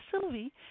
Sylvie